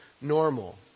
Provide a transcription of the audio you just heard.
normal